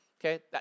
okay